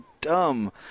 dumb